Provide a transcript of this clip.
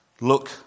Look